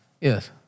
Yes